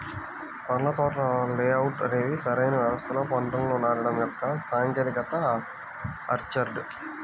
పండ్ల తోటల లేఅవుట్ అనేది సరైన వ్యవస్థలో పంటలను నాటడం యొక్క సాంకేతికత ఆర్చర్డ్